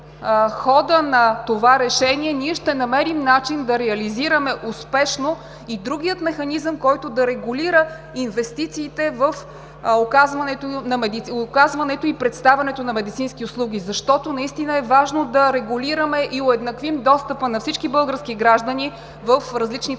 че в хода на това решение ще намерим начин да реализираме успешно и другия механизъм, който да регулира инвестициите в оказването и представянето на медицински услуги. Наистина е важно да регулираме и уеднаквим достъпа на всички български граждани в различните региони